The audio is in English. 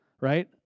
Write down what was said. right